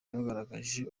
bagaragaje